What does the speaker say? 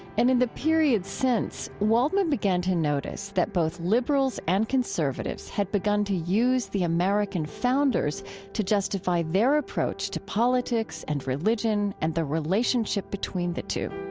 and in the period since, waldman began to notice that both liberals and conservatives had begun to use the american founders to justify their approach to politics and religion and the relationship between the two